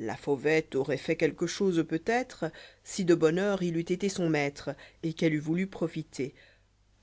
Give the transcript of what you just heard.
la fauvette aurpii fait quelque chose peut être si de bonne heure il eût été son maître et qu'elle eût voulu profiter